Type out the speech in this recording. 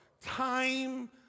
Time